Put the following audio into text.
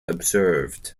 observed